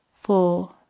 four